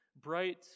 bright